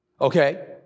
okay